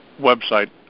website